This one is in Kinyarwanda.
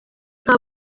nta